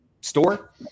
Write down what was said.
store